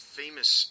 famous